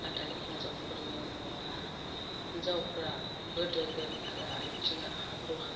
नाथाय हिन्जावफोरनियाव नङा हिन्जावफ्रा गोदोगोन आरो आथिङा हाब्रु हाब्बा